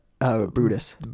Brutus